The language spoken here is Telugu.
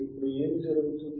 ఇప్పుడు ఏమి జరుగుతుంది